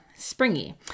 springy